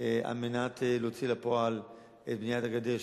כדי להוציא לפועל את בניית הגדר,